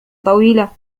طويلة